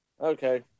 Okay